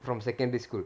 from secondary school